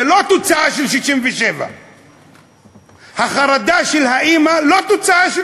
זה לא תוצאה של 67'. החרדה של האימא היא לא תוצאה של